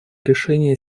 решения